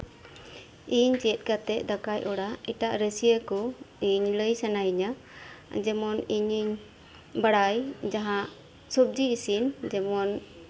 ᱤᱧ ᱪᱮᱫ ᱠᱟᱛᱮᱫ ᱫᱟᱠᱟᱭ ᱚᱲᱟᱜ ᱮᱴᱟᱜ ᱨᱟᱥᱭᱟᱹ ᱠᱚ ᱤᱧ ᱞᱟᱹᱭ ᱥᱟᱱᱟᱭᱤᱧᱟᱹ ᱡᱮᱢᱚᱱ ᱤᱧ ᱤᱧ ᱵᱟᱲᱟᱭ ᱡᱟᱦᱟᱸ ᱥᱚᱵᱡᱤ ᱤᱥᱤᱱ ᱡᱮᱢᱚᱱ